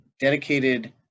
dedicated